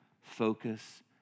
focus